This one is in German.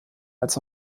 als